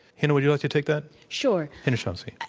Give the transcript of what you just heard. hina, would you like to take that? sure. hina shamsi.